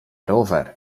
rower